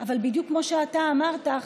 אבל בדיוק כמו שאתה אמרת,